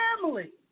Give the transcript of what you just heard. family